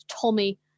Tommy